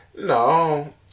No